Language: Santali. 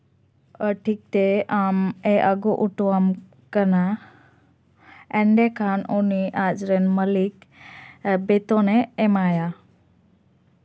ᱴᱷᱤᱠᱛᱮ ᱟᱢᱮ ᱟᱹᱜᱩ ᱚᱴᱚᱣᱟᱢ ᱠᱟᱱᱟ ᱮᱱᱮᱠᱷᱟᱱ ᱩᱱᱤ ᱟᱡᱨᱮᱱ ᱢᱟᱞᱤᱠ ᱵᱮᱛᱚᱱᱮ ᱮᱢᱟᱭᱟ